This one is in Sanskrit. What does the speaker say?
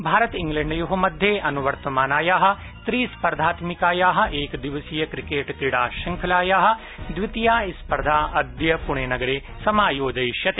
भारत इंग्लैंण्डयोः मध्ये अन्वर्तमानायाः त्रिस्पर्धात्मिकायाः एकदिवसीय क्रिकेट क्रीडा श्रृंखलायाः द्वितीया स्पर्धा अद्य पुणे नगरे समायोजयिष्यते